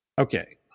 Okay